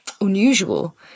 unusual